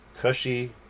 cushy